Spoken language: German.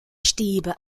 stäbe